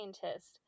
scientists